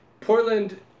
Portland